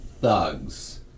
thugs